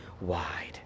wide